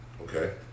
Okay